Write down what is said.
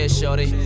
shorty